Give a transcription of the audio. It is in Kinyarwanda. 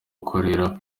gukorera